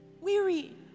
Weary